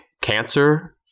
cancer